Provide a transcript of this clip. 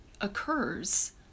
occurs